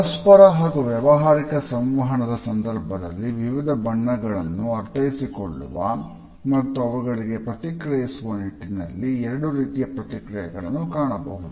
ಪರಸ್ಪರರ ಹಾಗೂ ವ್ಯಾವಹಾರಿಕ ಸಂವಹನದ ಸಂದರ್ಭದಲ್ಲಿ ವಿವಿಧ ಬಣ್ಣಗಳನ್ನು ಅರ್ಥೈಸಿಕೊಳ್ಳುವ ಮತ್ತು ಅವುಗಳಿಗೆ ಪ್ರತಿಕ್ರಿಯಿಸುವ ನಿಟ್ಟಿನಲ್ಲಿ 2 ರೀತಿಯ ಪ್ರತಿಕ್ರಿಯೆಗಳನ್ನು ಕಾಣಬಹುದು